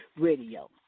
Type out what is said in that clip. radio